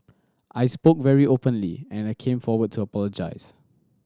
I spoke very openly and I came forward to apologise